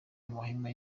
amahema